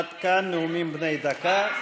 עד כאן נאומים בני דקה.